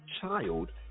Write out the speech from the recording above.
child